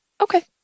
Okay